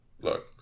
Look